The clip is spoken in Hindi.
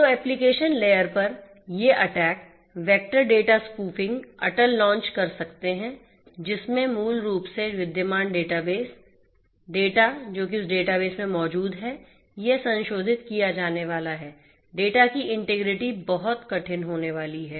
तो एप्लीकेशन लेयर पर ये attack vector data spoofing attack launch कर सकते हैं जिसमें मूल रूप से विद्यमान डेटाबेस डेटा जो कि उस डेटाबेस में मौजूद है यह संशोधित किया जाने वाला है डेटा की इंटीग्रिटी बहुत कठिन होने वाली है